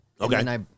Okay